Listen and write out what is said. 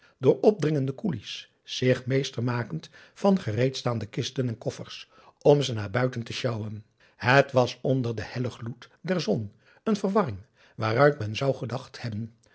door opdringende koelies zich meester makend van gereedstaande kisten en koffers om ze naar buiten te sjouwen het was onder den hellen gloed der zon een verwarring waaruit men zou gedacht hebben